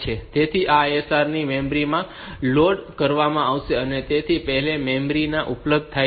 તેથી આ ISRs ને મેમરી માં લોડ કરવામાં આવશે અને તેઓ પહેલાથી મેમરી માં ઉપલબ્ધ હોય છે